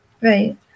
right